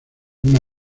una